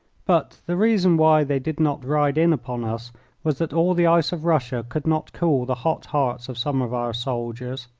but the reason why they did not ride in upon us was that all the ice of russia could not cool the hot hearts of some of our soldiers.